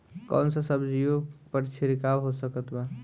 कौन सा सब्जियों पर छिड़काव हो सकत बा?